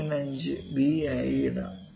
5 B ആയി ഇടാം